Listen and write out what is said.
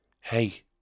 Hey